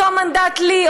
אותו מנדט לי,